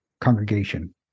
congregation